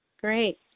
Great